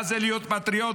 מה זה להיות פטריוט?